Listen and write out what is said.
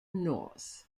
north